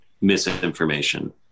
misinformation